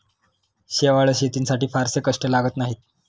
शेवाळं शेतीसाठी फारसे कष्ट लागत नाहीत